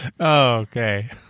Okay